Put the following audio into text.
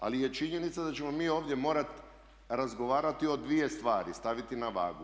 Ali je činjenica da ćemo mi ovdje morati razgovarati o dvije stvari, staviti na vagu.